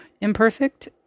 Imperfect